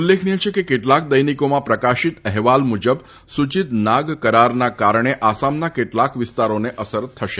ઉલ્લેખનિય છે કે કેટલાક દૈનિકોમાં પ્રકાશિત અહેવાલ મુજબ સૂચિત નાગ કરારના કારણે આસામના કેટલાક વિસ્તારોને અસર થવાની છે